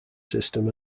system